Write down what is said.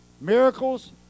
miracles